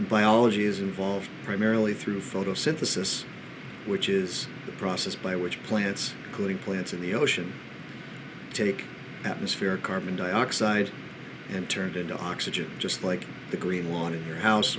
biology is involved primarily through photosynthesis which is the process by which plants cooling plants in the ocean take atmospheric carbon dioxide and turned into oxygen just like the green wanted your house